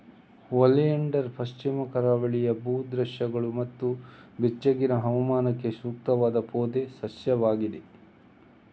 oleander ಪಶ್ಚಿಮ ಕರಾವಳಿಯ ಭೂ ದೃಶ್ಯಗಳು ಮತ್ತು ಬೆಚ್ಚಗಿನ ಹವಾಮಾನಕ್ಕೆ ಸೂಕ್ತವಾದ ಪೊದೆ ಸಸ್ಯವಾಗಿದೆ